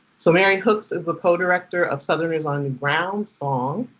so mary hooks is the co-director of southerners on new ground. song.